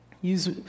use